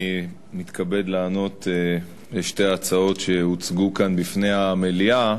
אני מתכבד לענות על שתי ההצעות שהוצגו כאן בפני המליאה,